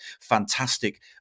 fantastic